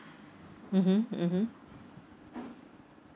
mmhmm mmhmm